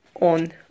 on